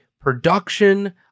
production